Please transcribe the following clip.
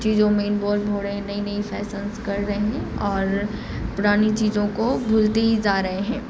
چیزوں میں انوالو ہو رہے ہیں نئی نئی فیسنس کر رہے ہیں اور پرانی چیزوں کو بھولتے ہی جا رہے ہیں